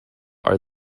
are